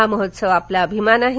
हा महोत्सव आपला अभिमान आहे